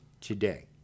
today